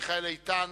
מיכאל איתן,